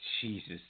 Jesus